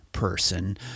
person